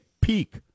peak